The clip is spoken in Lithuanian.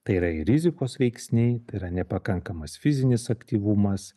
tai yra ir rizikos veiksniai tai yra nepakankamas fizinis aktyvumas